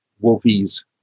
wolfie's